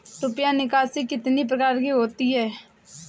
रुपया निकासी कितनी प्रकार की होती है?